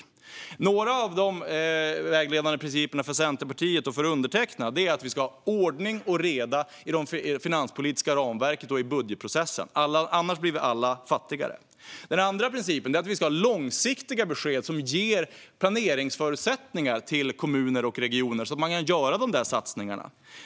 En av de vägledande principerna för Centerpartiet och undertecknad är att vi ska ha ordning och reda i det finanspolitiska ramverket och i budgetprocessen. Annars blir vi alla fattigare. Den andra principen är att vi ska ge långsiktiga besked som ger planeringsförutsättningar för kommuner och regioner, så att de kan göra sina satsningar.